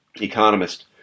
Economist